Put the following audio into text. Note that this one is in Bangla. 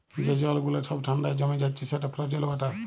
যে জল গুলা ছব ঠাল্ডায় জমে যাচ্ছে সেট ফ্রজেল ওয়াটার